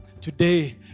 today